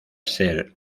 ser